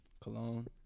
cologne